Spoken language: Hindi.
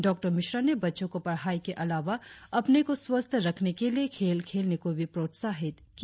डॉ मिश्रा ने बच्चों को पढ़ाई के अलावा अपने आप को स्वास्थ्य रखने के लिए खेल खेलने को भी प्रोत्साहित किया